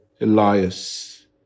Elias